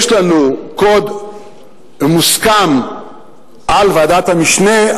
יש לנו קוד מוסכם על ועדת המשנה,